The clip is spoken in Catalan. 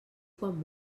quan